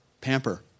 pamper